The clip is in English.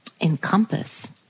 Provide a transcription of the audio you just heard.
encompass